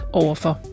overfor